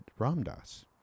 Ramdas